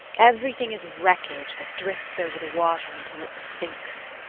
everything is wreckage, that drifts over the water until it sinks,